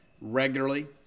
regularly